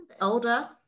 Older